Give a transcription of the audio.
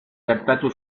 gertatu